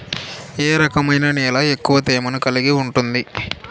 ఏ రకమైన నేల ఎక్కువ తేమను కలిగి ఉంటుంది?